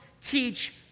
teach